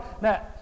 now